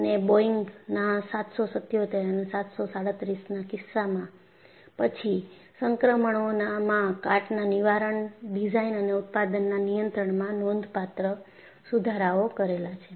અને બોઇંગનાં 777 અને 737 નાં કિસ્સા પછી સંસ્કરણોમાં કાટના નિવારણ ડિઝાઇન અને ઉત્પાદનના નિયંત્રણમાં નોંધપાત્ર સુધારાઓ કરેલાં છે